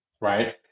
right